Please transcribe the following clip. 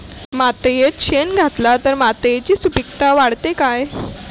मातयेत शेण घातला तर मातयेची सुपीकता वाढते काय?